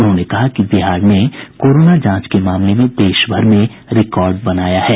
उन्होंने कहा कि बिहार ने कोरोना जांच के मामले में देश भर में रिकॉर्ड बनाया है